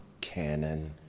canon